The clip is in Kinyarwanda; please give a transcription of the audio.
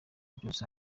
byose